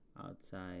outside